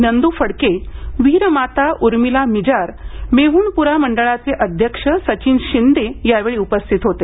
नंदू फडके वीरमाता उर्मिला मिजार मेहुणपुरा मंडळाचे अध्यक्ष सचिन शिंदे यावेळी उपस्थित होते